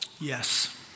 Yes